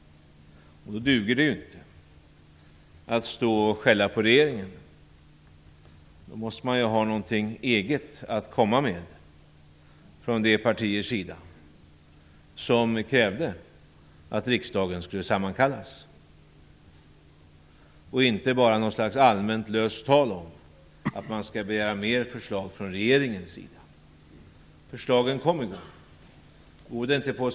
Då duger det inte att stå och skälla på regeringen. Då måste man ha något eget att komma med från de partiers sida som krävde att riksdagen skulle sammankallas, och inte bara något slags allmänt löst tal om att man skall begära mer förslag från regeringens sida. Förslagen kom ju i går.